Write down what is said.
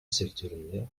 sektöründe